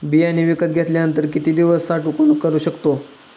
बियाणे विकत घेतल्यानंतर किती दिवस साठवणूक करू शकतो?